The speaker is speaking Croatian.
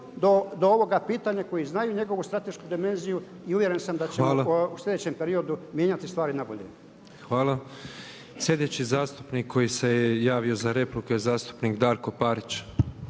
do ovoga pitanja, koji znaju njegovu stratešku dimenziju. I uvjeren sam da ćemo u sljedećem periodu mijenjati stvari na bolje. **Petrov, Božo (MOST)** Hvala. Sljedeći zastupnik koji se javio za repliku je zastupnik Darko Parić.